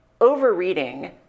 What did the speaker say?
overreading